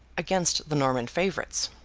against the norman favourites!